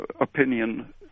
opinion